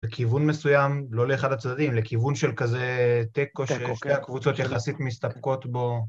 לכיוון מסויים, לא לאחד הצדדים, לכיוון של כזה תקו ששתי הקבוצות יחסית מסתפקות בו.